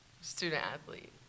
Student-athlete